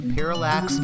Parallax